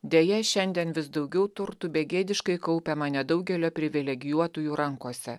deja šiandien vis daugiau turtų begėdiškai kaupiama nedaugelio privilegijuotųjų rankose